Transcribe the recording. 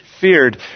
feared